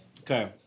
Okay